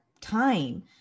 time